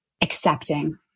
accepting